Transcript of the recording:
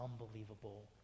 unbelievable